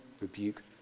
rebuke